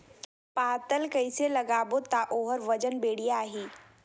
पातल कइसे लगाबो ता ओहार वजन बेडिया आही?